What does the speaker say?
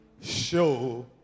Show